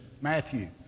Matthew